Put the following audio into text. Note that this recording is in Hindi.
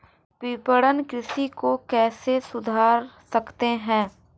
विपणन कृषि को कैसे सुधार सकते हैं?